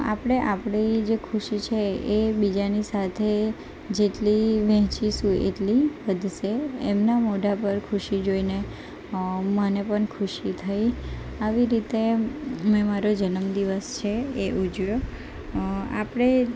આપણે આપણી જે ખુશી છે એ બીજાની સાથે જેટલી વહેંચીશું એટલી વધશે એમનાં મોઢા પર ખુશી જોઈને મને પણ ખુશી થઈ આવી રીતે મેં મારો જન્મદિવસ છે એ ઉજવ્યો આપણે